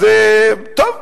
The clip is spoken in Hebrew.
אז טוב,